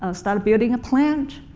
ah start building a plant.